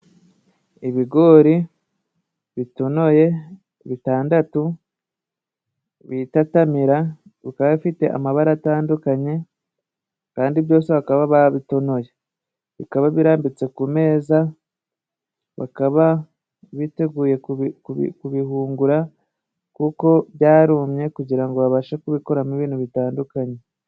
Ibigori bitonoye bitandatu bita tamira bikaba bifite amabara atandukanye, kandi byose bakaba babitonoye. Bikaba birambitse ku meza, bakaba biteguye kubihungura kuko byarumye kugira ngo babashe kubikuramo ibintu bitandukanye.